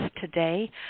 today